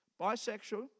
bisexual